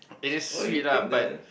it is sweet lah but